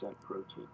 protein